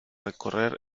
recorrer